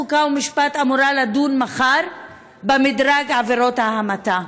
חוק ומשפט אמורה לדון מחר במדרג עבירות ההמתה,